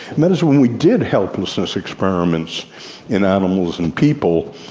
and that is when we did helplessness experiments in animals and people,